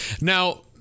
Now